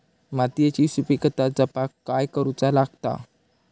मातीयेची सुपीकता जपाक काय करूचा लागता?